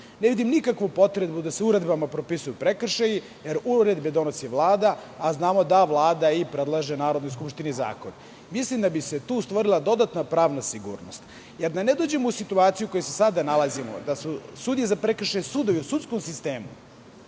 Ne vidim nikakvu potrebu da se uredbama propisuju prekršaji, jer uredbe donosi Vlada, a znamo da Vlada predlaže Narodnoj skupštini zakon. Mislim da bi se tu stvorila dodatna pravna sigurnost. Da ne bi došli u situaciju u kojoj se sada nalazimo, da su sudije za prekršaje sudovi u sudskom sistemu